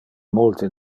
multe